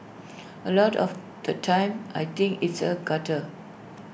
A lot of the time I think it's A gutter